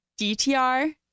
DTR